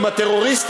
עם הטרוריסט,